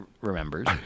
remembers